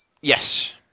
yes